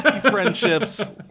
friendships